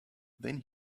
then